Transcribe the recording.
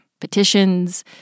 petitions